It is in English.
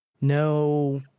no